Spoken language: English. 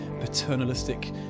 paternalistic